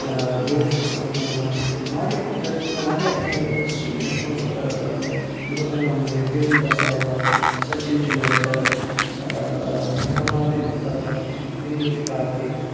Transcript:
بیٚیہِ حظ اوس اَتھ منٛز یِوان واریاہ پٕلیر حظ یُس زَن یُس زَن واریاہ ایٚتھلیٖٹ چھِ یَتھ منٛز گوتَم گَمبیٖر وِرینٛدَر سہواگ سَچِن ٹینڈولکر آ روبِن اُتھَپا دِنیش کارتِک